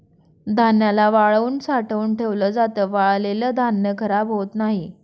धान्याला वाळवून साठवून ठेवल जात, वाळलेल धान्य खराब होत नाही